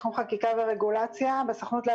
והתגובה